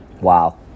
Wow